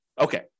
okay